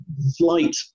slight